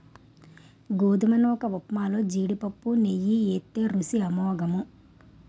గోధుమ నూకఉప్మాలో జీడిపప్పు నెయ్యి ఏత్తే రుసి అమోఘము